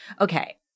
okay